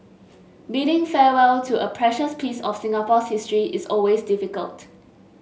bidding farewell to a precious piece of Singapore's history is always difficult